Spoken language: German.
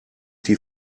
die